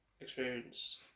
experience